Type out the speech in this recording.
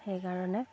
সেইকাৰণে